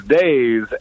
days